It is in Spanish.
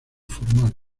formal